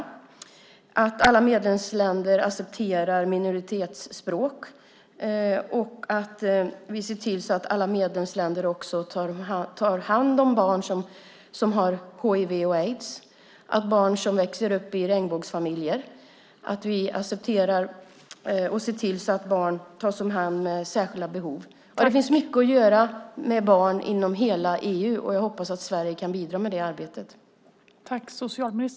Vi ska se till att alla länder accepterar minoritetsspråk och att alla medlemsländer också tar hand om barn som har hiv/aids. Det handlar också om barn som växer upp i regnbågsfamiljer och att vi accepterar och tar hand om barn som har särskilda behov. Det finns mycket att göra för barn inom hela EU. Jag hoppas att Sverige kan bidra i det arbetet.